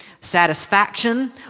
satisfaction